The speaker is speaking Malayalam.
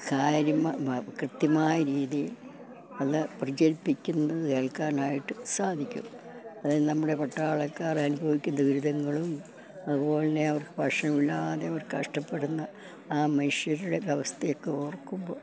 കാര്യം കൃത്യമായ രീതിയിൽ അത് പ്രചരിപ്പിക്കുന്നത് കേൾക്കാനായിട്ട് സാധിക്കും അതായത് നമ്മുടെ പട്ടാളക്കാർ അനുഭവിക്കുന്ന ദുരിതങ്ങളും അതുപോലെത്തന്നെ അവർക്ക് ഭക്ഷണമില്ലാതെ അവർ കഷ്ടപ്പെടുന്ന ആ മനുഷ്യരുടെ അവസ്ഥയൊക്കെ ഓർക്കുമ്പോള്